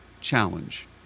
challenge